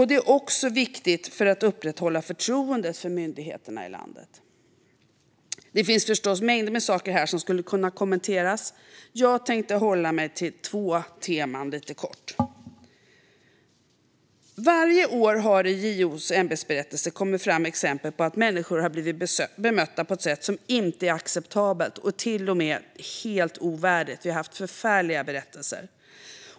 Det är också viktigt för att upprätthålla förtroendet för myndigheterna i landet. Det finns förstås mycket som skulle kunna kommenteras, men jag tänkte hålla mig till två teman. Varje år har det i JO:s ämbetsberättelse kommit fram exempel på att människor har blivit bemötta på ett sätt som inte är acceptabelt och till och med helt ovärdigt. Vi har fått ta del av förfärliga berättelser.